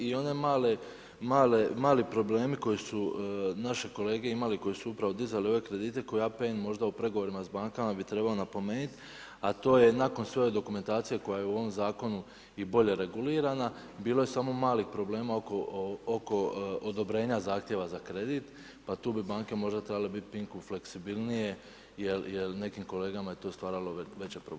I oni mali problemi koje su naši kolege imali koji su upravo dizali ove kredite koje APN možda u pregovorima sa bankama bi trebao napomenuti a to je nakon sve ove dokumentacije koja je u ovom zakonu i bolje regulirana bilo je samo malih problema oko odobrenja zahtjeva za kredit pa tu bi banke možda trebale biti pinku fleksibilnije jer nekim kolegama je to stvaralo veće probleme.